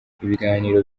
ibiganiro